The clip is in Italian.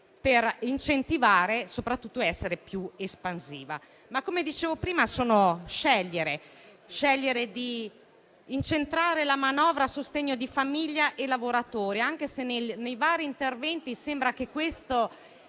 per incentivare e soprattutto essere più espansiva. Come dicevo prima, però, si tratta di scelte. Si è scelto di incentrare la manovra a sostegno di famiglie e lavoratori, anche se nei vari interventi sembra che questo